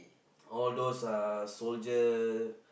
all those are soldier